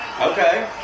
Okay